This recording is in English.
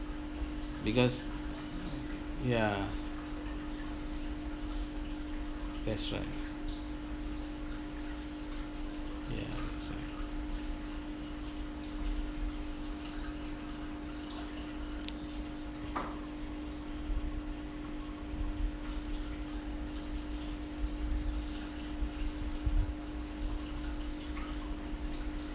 because ya that's right ya that's right